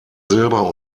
silber